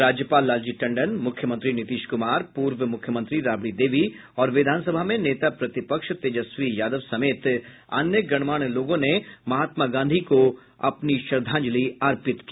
राज्यपाल लालजी टंडन मुख्यमंत्री नीतीश कुमार पूर्व मुख्यमंत्री राबड़ी देवी और विधानसभा में नेता प्रतिपक्ष तेजस्वी यादव समेत अन्य गणमान्य लोगों ने महात्मा गांधी को श्रद्धांजलि अर्पित की